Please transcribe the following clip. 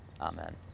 amen